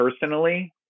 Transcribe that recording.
personally